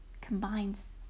combines